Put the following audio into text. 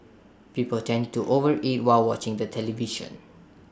people tend to overeat while watching the television